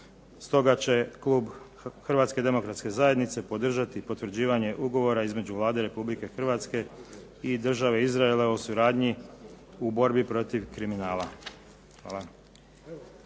Stoga će klub Hrvatske demokratske zajednice podržati potvrđivanje Ugovora između Vlade Republike Hrvatske i Vlade Države Izrael o suradnji u borbi protiv kriminala. Hvala.